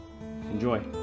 Enjoy